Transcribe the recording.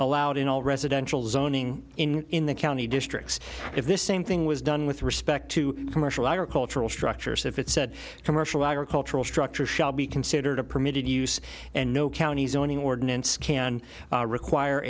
allowed in all residential zoning in the county districts if this same thing was done with respect to commercial agricultural structures if it said commercial agricultural structures shall be considered a permitted use and no county zoning ordinance can require